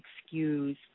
excuse